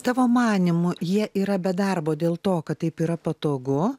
tavo manymu jie yra be darbo dėl to kad taip yra patogu